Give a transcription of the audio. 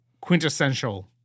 quintessential